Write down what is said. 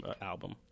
album